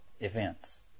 events